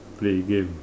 play game